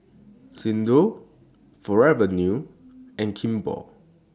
Xndo Forever New and Kimball